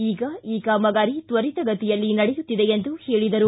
ಈಗ ಈ ಕಾಮಗಾರಿ ತ್ವರಿತಗತಿಯಲ್ಲಿ ನಡೆಯುತ್ತಿದೆ ಎಂದರು